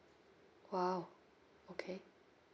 !wow! okay